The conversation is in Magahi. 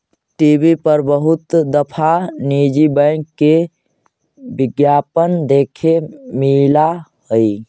टी.वी पर बहुत दफा निजी बैंक के विज्ञापन देखे मिला हई